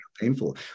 painful